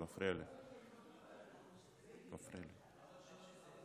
זה מפריע לי.